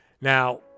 Now